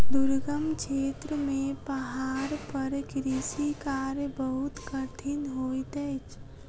दुर्गम क्षेत्र में पहाड़ पर कृषि कार्य बहुत कठिन होइत अछि